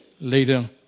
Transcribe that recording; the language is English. later